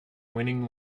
winning